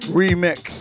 remix